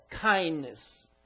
kindness